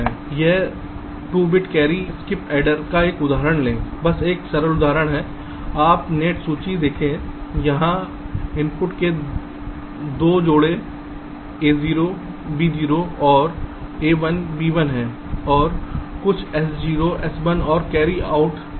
एक 2 bit carry skip adder का एक उदाहरण लें बस एक सरल उदाहरण है आप नेट सूची देखें जहां इनपुट के 2 जोड़े a0 b0 और a1 b1 हैं और कुछ s0 s1 और कैरी आउट दिया गया है